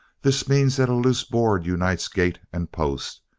this means that a loose board unites gates and post,